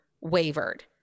wavered